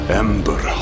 ember